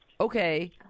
okay